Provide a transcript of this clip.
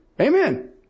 Amen